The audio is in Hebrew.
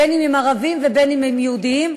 בין שהם ערביים ובין שהם יהודיים,